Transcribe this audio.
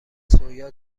سویا